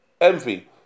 envy